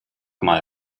mal